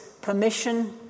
permission